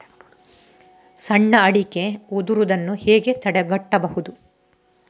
ಸಣ್ಣ ಅಡಿಕೆ ಉದುರುದನ್ನು ಹೇಗೆ ತಡೆಗಟ್ಟಬಹುದು?